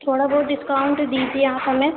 تھوڑا بہت ڈسکاؤنٹ دیجیے آپ ہمیں